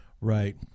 Right